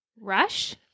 rush